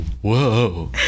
Whoa